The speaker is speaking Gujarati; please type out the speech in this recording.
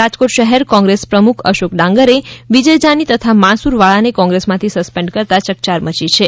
રાજકોટ શહેર કોંગ્રેસ પ્રમુખ અશોક ડાંગરે વિજય જાની તથા માણસુર વાળાને કોંગ્રેસમાંથી સસ્પેન્ડ કરતા ચકચાર મચી છે